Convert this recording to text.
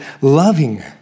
loving